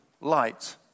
light